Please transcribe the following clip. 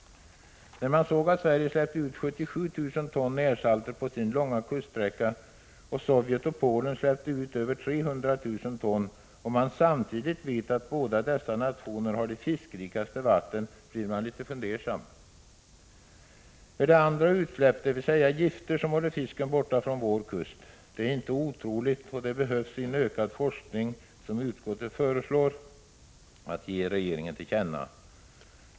När man ser att Sverige släppt ut 77 000 ton närsalter på sin långa kuststräcka medan Sovjet och Polen släppte ut över 300 000 ton, och man samtidigt vet att dessa båda nationer har de fiskrikaste vattnen, blir man litet fundersam. Är det andra utsläpp, dvs. av gifter, som håller fisken borta från vår kust? Det är inte otroligt, och det behövs en ökad forskning, vilket utskottet föreslår att regeringen skall ges till känna.